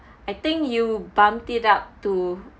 I think you bumped it up to